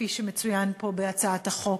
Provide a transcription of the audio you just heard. כפי שמצוין פה בהצעת החוק,